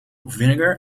vinegar